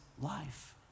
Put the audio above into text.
life